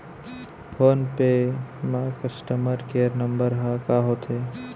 Phone पे म customer care number ह का होथे?